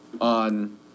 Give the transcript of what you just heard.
on